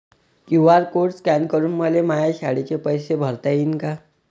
QR code scan करून मले माया शाळेचे पैसे भरता येईन का?